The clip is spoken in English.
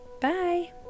bye